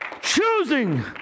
Choosing